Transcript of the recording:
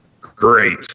Great